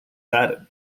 added